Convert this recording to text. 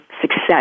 success